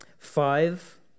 Five